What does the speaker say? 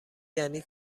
یعنی